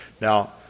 Now